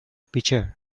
pitcher